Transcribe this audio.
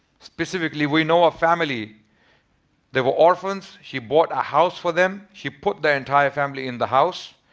specifically we know a family there were orphans she bought a house for them. she put their entire family in the house.